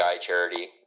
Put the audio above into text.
Charity